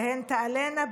והן תעלינה,